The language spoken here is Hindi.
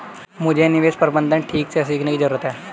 मुझे निवेश प्रबंधन ठीक से सीखने की जरूरत है